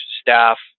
staff